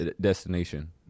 destination